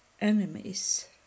enemies